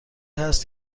هست